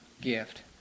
gift